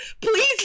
please